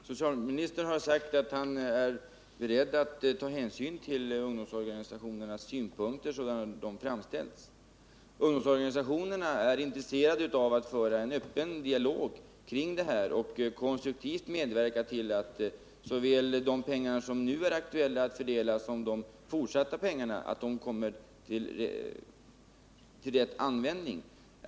Herr talman! Socialministern har sagt att han är beredd att ta hänsyn till ungdomsorganisationernas synpunkter sådana som de har framställts. Ungdomsorganisationerna är intresserade av att föra en öppen dialog i dessa frågor och konstruktivt medverka till att såväl de pengar som nu är aktuella att fördela som de medel som utdelas i fortsättningen kommer till rätt användning.